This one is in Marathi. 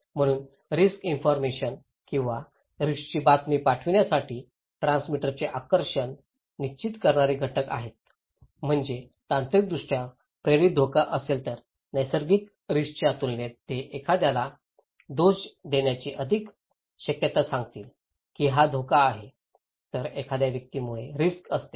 म्हणून रिस्क इन्फॉरमेशन किंवा रिस्कची बातमी पाठविण्यासाठी ट्रान्समीटरचे आकर्षण निश्चित करणारे घटक म्हणजे तांत्रिकदृष्ट्या प्रेरित धोका असेल तर नैसर्गिक रिस्कच्या तुलनेत ते एखाद्याला दोष देण्याची अधिक शक्यता सांगतील की हा धोका आहे तर एखाद्या व्यक्तीमुळे रिस्क असते